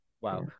wow